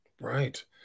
Right